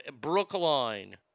Brookline